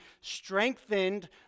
strengthened